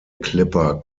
clipper